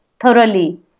thoroughly